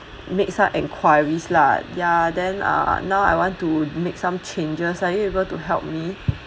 make some enquiries lah ya then uh now I want to make some changes are you able to help me